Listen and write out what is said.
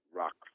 rock